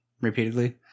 repeatedly